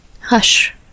Hush